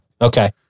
Okay